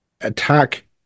attack